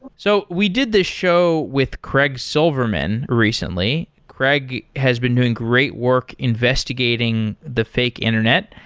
so we did this show with craig silverman recently. craig has been doing great work investigating the fake internet.